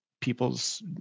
people's